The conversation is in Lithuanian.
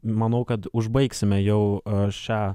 manau kad užbaigsime jau šią